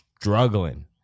struggling